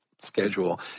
schedule